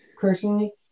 Personally